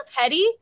petty